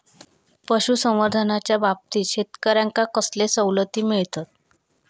पशुसंवर्धनाच्याबाबतीत शेतकऱ्यांका कसले सवलती मिळतत?